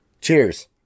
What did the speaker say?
Cheers